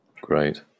great